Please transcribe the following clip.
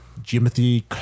Jimothy